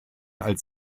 als